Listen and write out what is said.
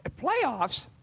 playoffs